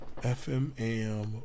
FMAM